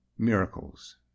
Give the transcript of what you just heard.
miracles